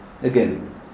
again